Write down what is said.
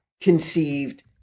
conceived